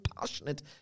passionate